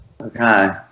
Okay